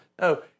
No